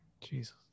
Jesus